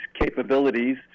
capabilities